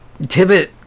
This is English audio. Tibbet